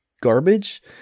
garbage